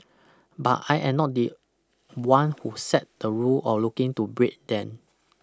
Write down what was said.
but I am not the one who set the rule or looking to break them